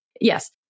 yes